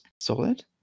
solid